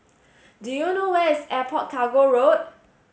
do you know where is Airport Cargo Road